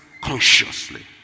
consciously